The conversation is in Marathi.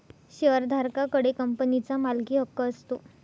शेअरधारका कडे कंपनीचा मालकीहक्क असतो